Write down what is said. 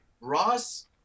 Ross